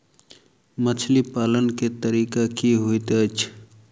मछली पालन केँ तरीका की होइत अछि?